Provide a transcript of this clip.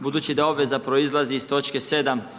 budući da obveza proizlazi iz točke 7.